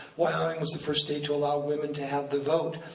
wyoming was the first state to allow women to have the vote.